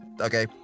Okay